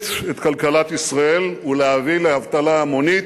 את כלכלת ישראל ולהביא לאבטלה המונית,